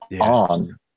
on